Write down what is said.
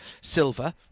silver